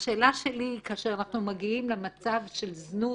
השאלה שלי היא כאשר אנחנו מגיעים למצב של זנות,